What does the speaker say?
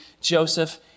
Joseph